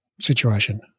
situation